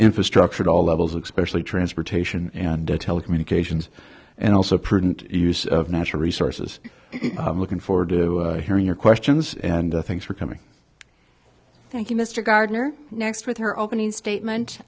infrastructure at all levels of specialty transportation and telecommunications and also prudent use of natural resources looking forward to hearing your questions and thanks for coming thank you mr gardner next with her opening statement